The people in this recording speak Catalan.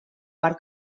per